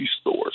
stores